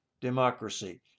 democracy